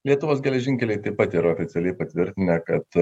lietuvos geležinkeliai taip pat yra oficialiai patvirtinę kad